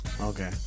Okay